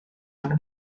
hanno